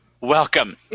welcome